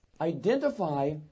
Identify